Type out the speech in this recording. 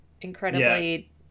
Incredibly